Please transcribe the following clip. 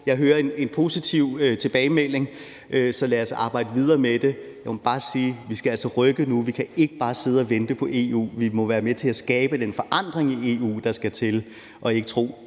jeg hører en positiv tilbagemelding, så lad os arbejde videre med det. Jeg må bare sige, at vi altså skal rykke nu; vi kan ikke bare sidde og vente på EU; vi må være med til at skabe den forandring i EU, der skal til, og ikke tro,